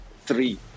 three